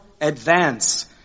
advance